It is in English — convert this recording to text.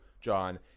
John